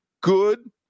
good